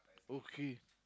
okay